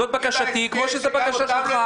זאת בקשתי, כמו שזו בקשה שלך.